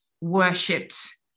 worshipped